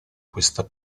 questa